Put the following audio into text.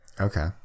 Okay